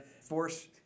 force